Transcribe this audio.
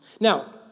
Now